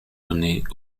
données